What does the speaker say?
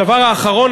הדבר האחרון,